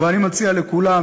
ואני מציע לכולם,